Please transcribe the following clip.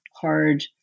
hard